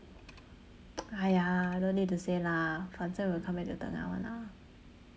!aiya! no need to say lah confirm will come back to tengah [one] lah